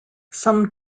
some